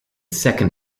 second